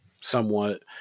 somewhat